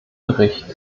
bericht